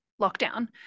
lockdown